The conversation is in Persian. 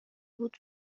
بود